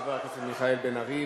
חבר הכנסת מיכאל בן-ארי,